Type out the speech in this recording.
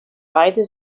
beide